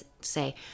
say